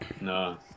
No